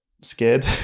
scared